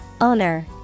Owner